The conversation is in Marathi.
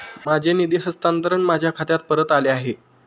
माझे निधी हस्तांतरण माझ्या खात्यात परत आले आहे